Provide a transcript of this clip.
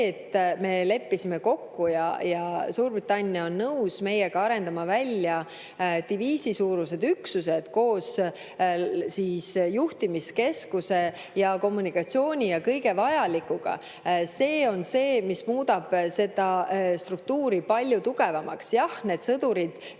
et me leppisime kokku ja Suurbritannia on nõus meiega arendama välja diviisisuurused üksused koos juhtimiskeskuse ja kommunikatsiooni ja kõige vajalikuga, on see, mis muudab selle struktuuri palju tugevamaks. Jah, need sõdurid